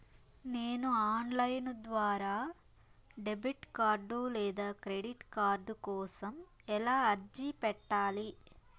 నేను online ద్వారా debit card లేదా క్రెడిట్ కార్డు కోసం ఎలా అర్జీ పెట్టాలి?